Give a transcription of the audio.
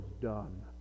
done